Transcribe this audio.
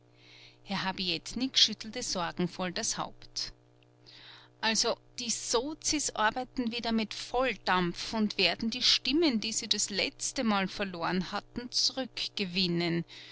herr habietnik schüttelte sorgenvoll das haupt also die sozis arbeiten wieder mit volldampf und werden die stimmen die sie das letztemal verloren hatten zurückgewinnen